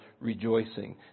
rejoicing